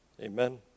Amen